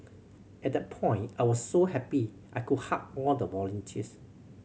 at that point I was so happy I could hug all the volunteers